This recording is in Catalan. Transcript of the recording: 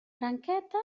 branqueta